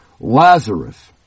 Lazarus